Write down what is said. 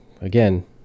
again